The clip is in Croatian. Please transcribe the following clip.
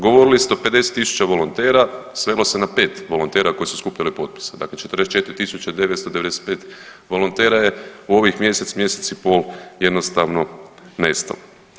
Govorili ste o 50.000 volontera, svelo se na 5 volontera koji su skupljali potpise, dakle 44.995 volontera je u ovih mjesec, mjesec i pol jednostavno nestalo.